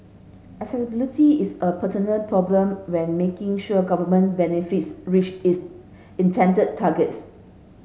accessibility is a perennial problem when making sure government benefits reach its intended targets